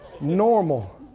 normal